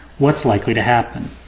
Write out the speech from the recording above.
what's likely to happen?